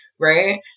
right